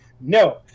No